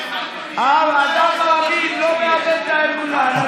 אדם מאמין לא מאבד את האמונה.